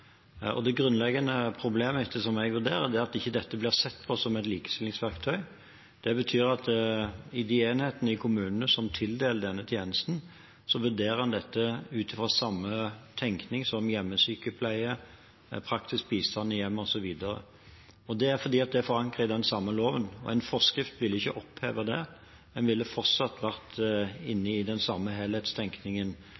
Og det grunnleggende problemet, slik som jeg vurderer det, er at dette ikke blir sett på som et likestillingsverkstøy. Det betyr at i de enhetene i kommunene som tildeler denne tjenesten, vurderer man dette ut fra samme tenkning som hjemmesykepleie, praktisk bistand i hjemmet osv. Det er fordi det er forankret i den samme loven, og en forskrift ville ikke oppheve det. Man ville fortsatt vært